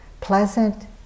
pleasant